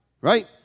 Right